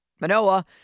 Manoa